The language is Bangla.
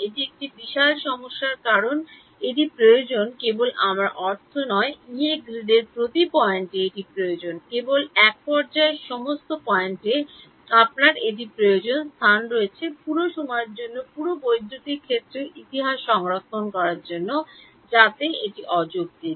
এটি একটি বিশাল সমস্যা কারণ এটির প্রয়োজন কেবল আমার অর্থ নয় ইয়ে গ্রিডের প্রতিটি পয়েন্টে এটি প্রয়োজন কেবল এক পর্যায়ে নয় সমস্ত পয়েন্টে আপনার এটির প্রয়োজন স্থান রয়েছে পুরো সময়ের জন্য পুরো বৈদ্যুতিক ক্ষেত্রের ইতিহাস সংরক্ষণ করার জন্য যাতে এটি অযৌক্তিক